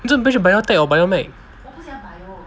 为什么你不回去 biotech or bio med